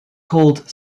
called